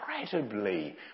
incredibly